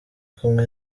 kumwe